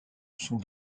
sont